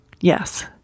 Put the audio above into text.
Yes